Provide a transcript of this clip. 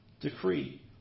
decree